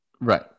Right